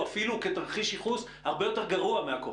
הוא אפילו כתרחיש ייחוס הרבה יותר גרוע מהקורונה.